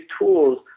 tools